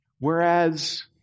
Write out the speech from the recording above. Whereas